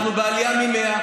אנחנו בעלייה מ-100.